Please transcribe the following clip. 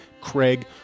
Craig